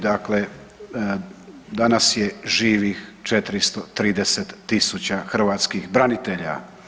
Dakle, danas je živih 430 000 hrvatskih branitelja.